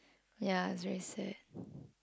ya it's very sad